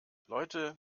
leute